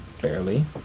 Barely